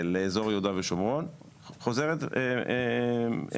לאזור יהודה ושומרון חוזרת ומתחזקת.